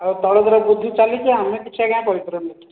ଆଉ ତୈଳ ଦର ବୃଦ୍ଧି ଚାଲିଛି ଆମେ କିଛି ଆଜ୍ଞା କରି ପାରୁନୁ